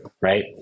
Right